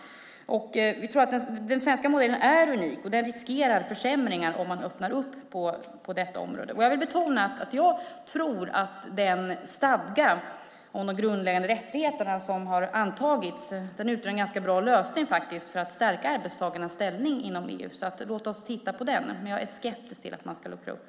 Den svenska modellen är unik. Den riskerar försämringar om man öppnar upp på detta område. Jag vill betona att jag tror att den stadga om de grundläggande rättigheterna som har antagits utgör en ganska bra lösning för att stärka arbetstagarnas ställning inom EU. Låt oss se på den. Men jag är skeptisk till att man ska luckra upp.